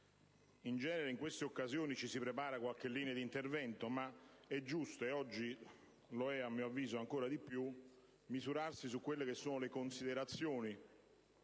in genere in queste occasioni si prepara qualche traccia di intervento, ma è giusto (e oggi lo è, a mio avviso, ancora di più) misurarsi sulle considerazioni